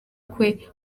kwe